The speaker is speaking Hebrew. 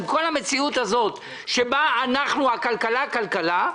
עם כל המציאות שבה אנחנו נמצאים הכלכלה היא כלכלה,